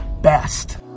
best